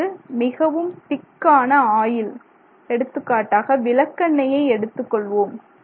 அதாவது மிகவும் திக்கான ஆயில் எடுத்துக்காட்டாக விளக்கெண்ணையை எடுத்துக்கொள்வோம்